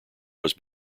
was